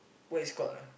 what is called ah